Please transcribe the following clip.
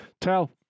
tell